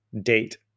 date